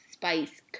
Spice